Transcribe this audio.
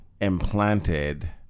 implanted